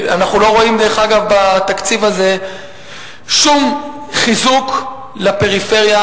אנחנו לא רואים בתקציב הזה שום חיזוק של הפריפריה